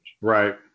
Right